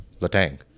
Latang